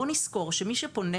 בואו נזכור שמי שפונה,